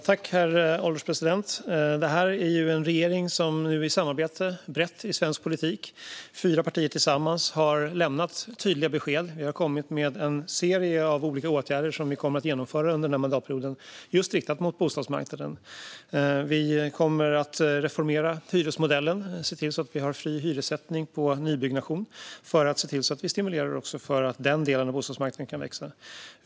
Herr ålderspresident! Detta är ju en regering som i brett samarbete - fyra partier tillsammans - har lämnat tydliga besked. Vi har kommit med en serie av olika åtgärder riktade mot bostadsmarknaden som vi kommer att genomföra under denna mandatperiod. Vi kommer att reformera hyresmodellen och se till att vi har fri hyressättning på nybyggnation för att stimulera så att den delen av bostadsmarknaden kan växa.